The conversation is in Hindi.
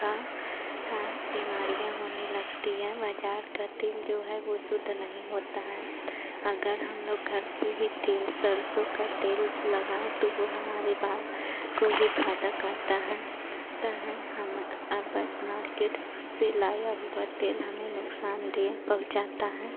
की बीमारियाँ होने लगती हैं बाज़ार का तेल जो है वह शुद्ध नहीं होता है अगर हम लोग घर पर ही तेल सरसों का तेल लगाएँ तो वह हमारे बाल को ही फ़ायदा करता है ता है हम अपने ब मार्केट से लाए लाया हुआ तेल हमें नुकसानदेह पहुँचाता है